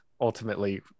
ultimately